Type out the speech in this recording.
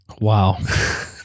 Wow